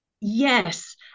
Yes